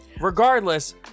regardless